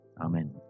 Amen